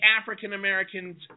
African-Americans